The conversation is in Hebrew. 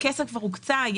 הכסף כבר הוקצה,